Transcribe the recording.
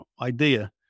idea